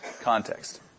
context